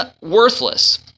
worthless